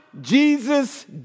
Jesus